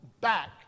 back